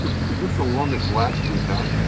so longest lapse we've had?